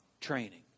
training